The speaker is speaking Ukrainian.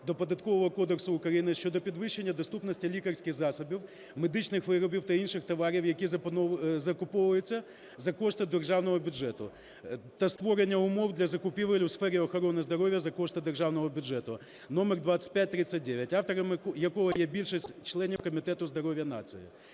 до Податкового кодексу України щодо підвищення доступності лікарських засобів, медичних виробів та інших товарів, які закуповуються за кошти державного бюджету, та створення умов для закупівель у сфері охорони здоров'я за кошти державного бюджету (номер 2539), авторами якого є більшість членів Комітету здоров'я нації.